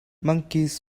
monkeys